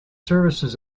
services